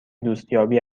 دوستیابی